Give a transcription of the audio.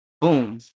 Boom